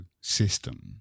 system